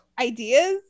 Ideas